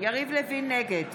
נגד